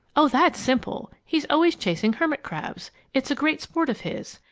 oh, that's simple! he's always chasing hermit-crabs it's a great sport of his.